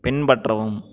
பின்பற்றவும்